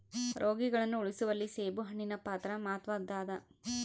ರೋಗಿಗಳನ್ನು ಉಳಿಸುವಲ್ಲಿ ಸೇಬುಹಣ್ಣಿನ ಪಾತ್ರ ಮಾತ್ವದ್ದಾದ